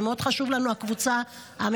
זה חשוב לנו מאוד לגבי הקבוצה המיוחדת,